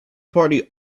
party